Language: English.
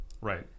Right